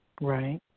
Right